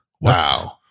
Wow